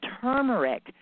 turmeric